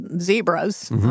zebras